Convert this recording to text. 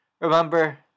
Remember